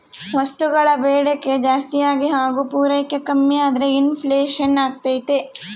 ವಸ್ತುಗಳ ಬೇಡಿಕೆ ಜಾಸ್ತಿಯಾಗಿ ಹಾಗು ಪೂರೈಕೆ ಕಮ್ಮಿಯಾದ್ರೆ ಇನ್ ಫ್ಲೇಷನ್ ಅಗ್ತೈತೆ